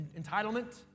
Entitlement